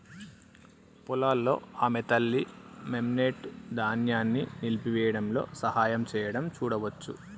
పొలాల్లో ఆమె తల్లి, మెమ్నెట్, ధాన్యాన్ని నలిపివేయడంలో సహాయం చేయడం చూడవచ్చు